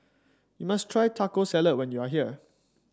you must try Taco Salad when you are here